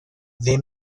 they